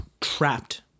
trapped